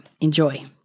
enjoy